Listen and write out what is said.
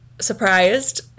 surprised